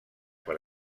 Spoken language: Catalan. per